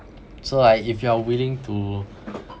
so like if you are willing to